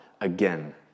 again